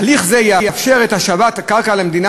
הליך זה יאפשר את השבת הקרקע למדינה